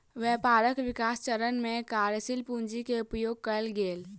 व्यापारक विकास चरण में कार्यशील पूंजी के उपयोग कएल गेल